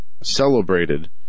celebrated